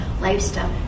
lifestyle